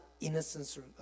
innocent